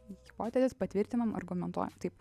hipotezės patvirtinam argumentuojam taip